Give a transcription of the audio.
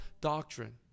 doctrine